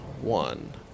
one